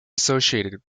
associated